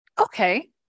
okay